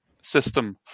system